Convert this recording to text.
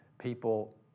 People